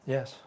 Yes